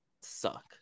suck